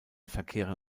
verkehren